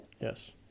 Yes